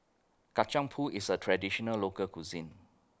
Kacang Pool IS A Traditional Local Cuisine